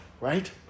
Right